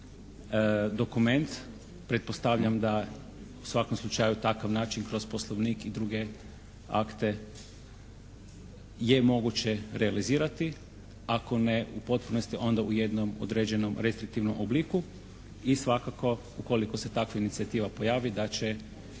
dokument, pretpostavljam da u svakom slučaju takav način kroz Poslovnik i druge akte je moguće realizirati, ako ne u potpunosti, onda u jednom određenom restriktivnom obliku i svakako ukoliko se takva inicijativa pojavi da će